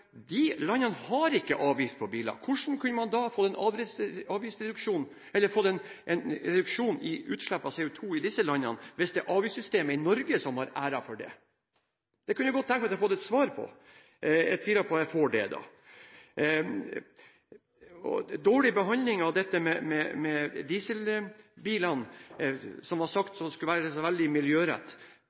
de landene har ikke avgift på biler. Hvordan har man fått en reduksjon i utslipp av CO2 i disse landene hvis det er avgiftssystemet i Norge som har æren for reduksjonen her? Det kunne jeg godt tenke meg å få et svar på – jeg tviler på at jeg får det. Det har vært dårlig behandling av dieselbilene, som man sa skulle være så veldig